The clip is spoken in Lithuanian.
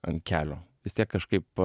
ant kelio vis tiek kažkaip